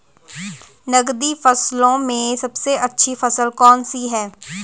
नकदी फसलों में सबसे अच्छी फसल कौन सी है?